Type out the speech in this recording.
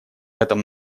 этом